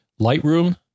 Lightroom